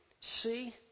see